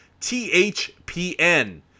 THPN